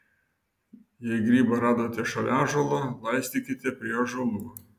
jei grybą radote šalia ąžuolo laistykite prie ąžuolų